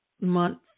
month